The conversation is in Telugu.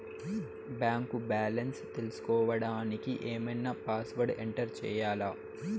బ్యాంకు బ్యాలెన్స్ తెలుసుకోవడానికి ఏమన్నా పాస్వర్డ్ ఎంటర్ చేయాలా?